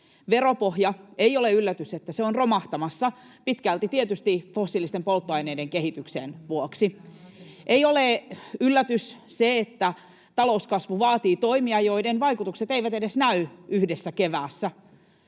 Veropohja: ei ole yllätys, että se on romahtamassa pitkälti tietysti fossiilisten polttoaineiden kehityksen vuoksi. Ei ole yllätys se, että talouskasvu vaatii toimia, joiden vaikutukset eivät edes näy yhdessä keväässä.